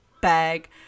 bag